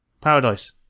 Paradise